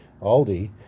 aldi